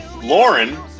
Lauren